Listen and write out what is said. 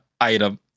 item